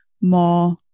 more